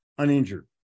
uninjured